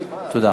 תודה.